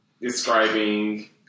describing